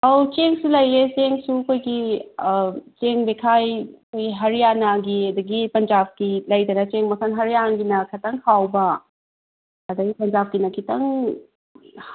ꯑꯧ ꯆꯦꯡꯁꯨ ꯂꯩꯌꯦ ꯆꯦꯡꯁꯨ ꯑꯩꯈꯣꯏꯒꯤ ꯆꯦꯡ ꯕꯦꯛꯈꯥꯏ ꯑꯩꯈꯣꯏ ꯍꯔꯤꯌꯥꯅꯥꯒꯤ ꯑꯗꯒꯤ ꯄꯟꯖꯥꯞꯀꯤ ꯂꯩꯗꯅ ꯆꯦꯡ ꯃꯈꯜ ꯍꯔꯤꯌꯥꯅꯥꯒꯤꯅ ꯈꯤꯇꯪ ꯍꯥꯎꯕ ꯑꯗꯒꯤ ꯄꯟꯖꯥꯞꯀꯤꯅ ꯈꯤꯇꯪ